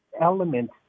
element